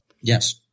Yes